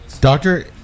Doctor